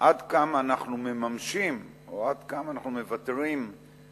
עד כמה אנחנו מממשים, או עד כמה אנחנו מוותרים על